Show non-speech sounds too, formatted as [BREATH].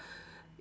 [BREATH]